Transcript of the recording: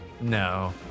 No